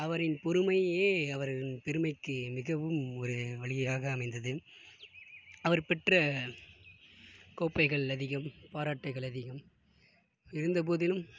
அவரின் பொறுமையே அவரின் பெருமைக்கு மிகவும் ஒரு வழியாக அமைந்தது அவர் பெற்ற கோப்பைகள் அதிகம் பாராட்டுகள் அதிகம் இருந்தபோதிலும்